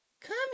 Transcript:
Come